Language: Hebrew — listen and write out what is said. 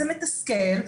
זה מתסכל,